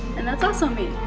and that's also me.